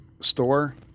store